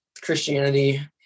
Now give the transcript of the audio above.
christianity